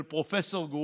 של פרופ' גרוטו,